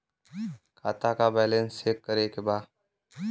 खाता का balance check करे के बा?